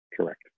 Correct